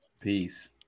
peace